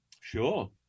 sure